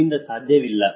ನಮ್ಮಿಂದ ಸಾಧ್ಯವಿಲ್ಲ